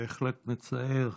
בהחלט מצער.